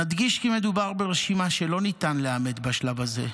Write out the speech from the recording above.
נדגיש כי מדובר ברשימה שלא ניתן לאמת בשלב בזה,